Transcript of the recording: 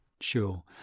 Sure